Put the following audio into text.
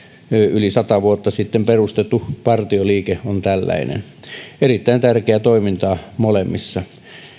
yli sata vuotta sitten perustettu partioliike on tällainen erittäin tärkeää toimintaa molemmissa